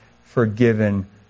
forgiven